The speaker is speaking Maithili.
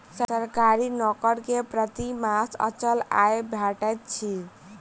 सरकारी नौकर के प्रति मास अचल आय भेटैत अछि